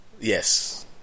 yes